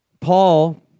Paul